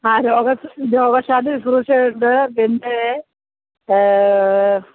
ആ രോഗ രോഗശാന്തി ശുശ്രൂഷയുണ്ട് പിന്നേ